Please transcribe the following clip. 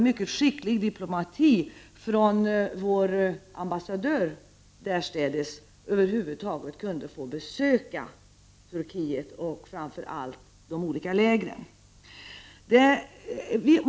=Cr mycket skicklig diplomati från vår ambassadör därstädes över huvud taget kunde få besöka Turkiet och framför alla de olika lägren.